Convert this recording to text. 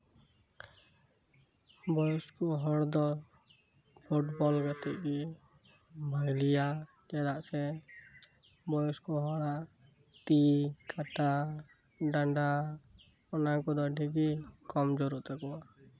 ᱵᱚᱭᱚᱥᱠᱚ ᱦᱚᱲ ᱫᱚ ᱯᱷᱩᱴᱵᱚᱞ ᱜᱟᱛᱮᱜᱽ ᱜᱮ ᱵᱷᱟᱞᱤᱭᱟ ᱪᱮᱫᱟᱜ ᱥᱮ ᱵᱚᱭᱚᱥᱠᱚ ᱦᱚᱲᱟᱜ ᱛᱤ ᱠᱟᱴᱟ ᱰᱟᱸᱰᱟ ᱚᱱᱟ ᱠᱚᱫᱚ ᱟᱹᱰᱤ ᱠᱚᱢᱡᱳᱨ ᱜᱮᱛᱟ ᱠᱚᱣᱟ